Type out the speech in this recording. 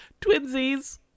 Twinsies